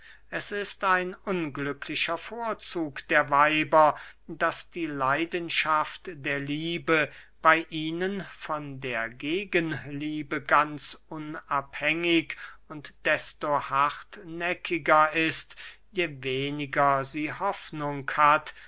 es ist ein unglücklicher vorzug der weiber daß die leidenschaft der liebe bey ihnen von der gegenliebe ganz unabhängig und desto hartnäckiger ist je weniger sie hoffnung hat